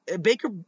Baker